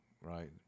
right